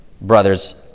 brothers